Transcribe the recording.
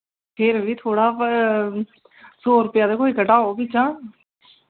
फिर बी थोह्ड़ा सौ रपेआ ते कोई घटाओ बिच्चा